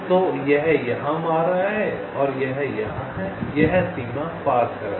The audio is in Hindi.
तो यह यहाँ मार रहा है और यह यहाँ है यह सीमा पार कर रहा है